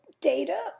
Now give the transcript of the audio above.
data